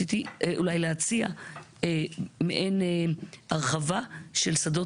רציתי אולי להציע מעין הרחבה של שדות